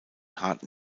harten